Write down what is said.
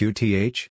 Qth